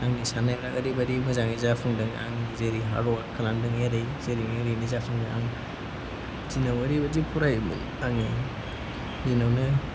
आंनि सान्नायफ्रा ओरैबादि मोजांयै जाफुंदों आं जेरै आबाहन खालामदों एरै जेरै एरैनो जाफुंदों आं दिनाव ओरैबादि फरायोमोन आंनि दिनावनो